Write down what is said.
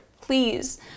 please